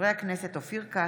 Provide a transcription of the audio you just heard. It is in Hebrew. חברי הכנסת אופיר כץ,